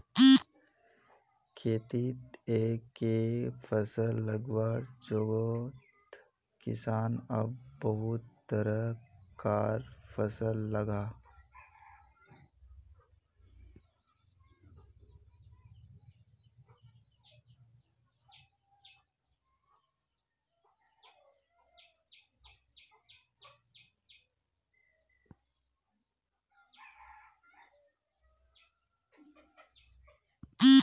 खेतित एके फसल लगवार जोगोत किसान अब बहुत तरह कार फसल लगाहा